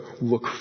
look